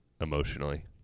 emotionally